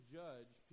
judge